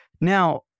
Now